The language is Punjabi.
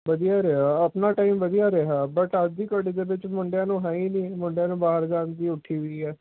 ਵਧੀਆ ਰਿਹਾ ਆਪਣਾ ਟਾਈਮ ਵਧੀਆ ਰਿਹਾ ਬਟ ਅੱਜ ਦੀ ਤੁਹਾਡੇ ਪਿੰਡ ਵਿੱਚ ਮੁੰਡਿਆਂ ਨੂੰ ਹੈ ਹੀ ਨਹੀਂ ਮੁੰਡਿਆਂ ਨੂੰ ਬਾਹਰ ਜਾਣ ਦੀ ਉੱਠੀ ਹੋਈ ਹੈ